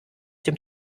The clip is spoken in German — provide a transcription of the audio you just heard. dem